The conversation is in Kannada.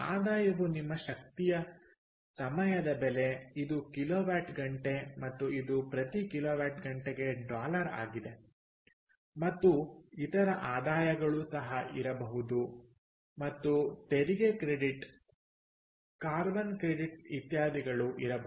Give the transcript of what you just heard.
ಆದಾಯವು ನಿಮ್ಮ ಶಕ್ತಿಯ ಸಮಯದ ಬೆಲೆ ಇದು ಕಿಲೋವ್ಯಾಟ್ ಗಂಟೆ ಮತ್ತು ಇದು ಪ್ರತಿ ಕಿಲೋವ್ಯಾಟ್ ಗಂಟೆಗೆ ಡಾಲರ್ ಆಗಿದೆ ಮತ್ತು ಇತರ ಆದಾಯಗಳೂ ಸಹ ಇರಬಹುದು ಮತ್ತು ತೆರಿಗೆ ಕ್ರೆಡಿಟ್ ಕಾರ್ಬನ್ ಕ್ರೆಡಿಟ್ಸ್ ಇತ್ಯಾದಿಗಳು ಇರಬಹುದು